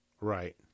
Right